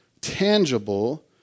tangible